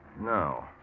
No